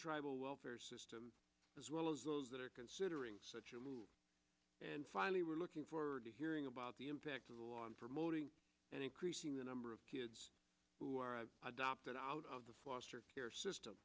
welfare system as well as those that are considering such a move and finally were looking forward to hearing about the impact of the law on promoting and increasing the number of kids who are adopted out of the foster care system